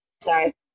Sorry